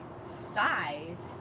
size